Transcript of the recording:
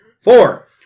Four